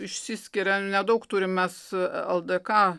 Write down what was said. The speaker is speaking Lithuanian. išsiskiria nedaug turim mes ldk